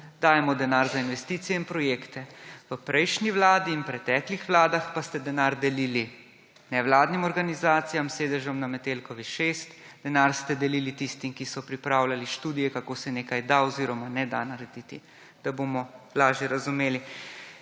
dajemo denar za investicije in projekte. V prejšnji vladi in v preteklih vladah pa ste denar delili nevladnim organizacijam s sedežem na Metelkovi 6, denar ste delili tistim, ki so pripravljali študije, kako se nekaj da oziroma ne da narediti. Da bomo lažje razumeli.